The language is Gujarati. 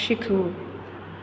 શીખવું